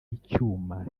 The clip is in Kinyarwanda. icyuma